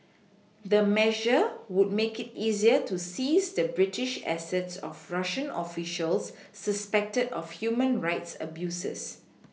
the measures would make it easier to seize the British assets of Russian officials suspected of human rights abuses